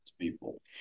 people